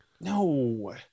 No